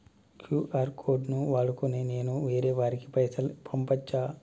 QR code ను వాడుకొని నేను వేరే వారికి పైసలు పంపచ్చా?